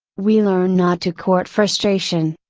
we learn not to court frustration,